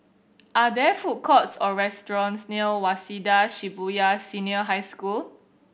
are there food courts or restaurants near Waseda Shibuya Senior High School